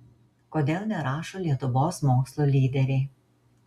kodėl nerašo lietuvos mokslo lyderiai